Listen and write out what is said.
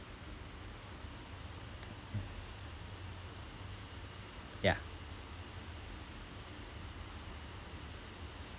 yeah